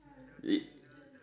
y~